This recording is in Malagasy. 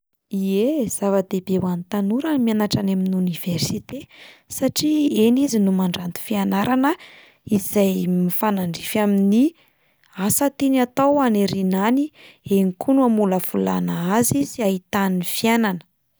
Ie, zava-dehibe ho an'ny tanora ny mianatra any amin'ny oniversite satria eny izy no mandranto fianarana izay mifanandrify amin'ny asa tiany atao any aoriana any, eny koa no amolavolana azy sy ahitany fiainana.